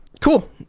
cool